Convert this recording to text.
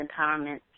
empowerment